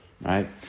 Right